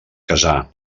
casar